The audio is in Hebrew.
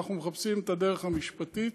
אנחנו מחפשים את הדרך המשפטית